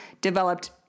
developed